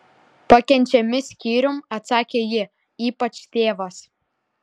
pakenčiami skyrium atsakė ji ypač tėvas